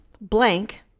blank